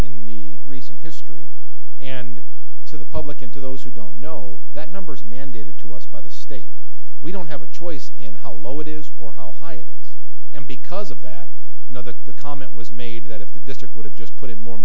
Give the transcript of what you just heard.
in the recent history and to the public and to those who don't know that number is mandated to us by the state we don't have a choice in how low it is or how high it is and because of that now that the comment was made that if the district would have just put in more